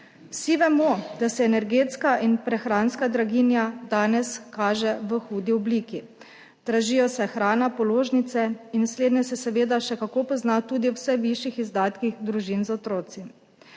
Vsi vemo, da se energetska in prehranska draginja danes kaže v hudi obliki. Dražijo se hrana, položnice in slednje se seveda še kako pozna tudi v vse višjih izdatkih družin z otroki.